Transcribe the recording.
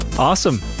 Awesome